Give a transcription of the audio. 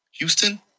Houston